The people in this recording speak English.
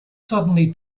suddenly